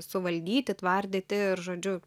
suvaldyti tvardyti ir žodžiu